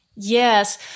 Yes